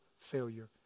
failure